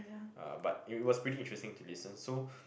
uh but it was pretty interesting to listen so